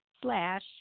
slash